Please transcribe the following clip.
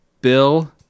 Bill